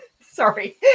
sorry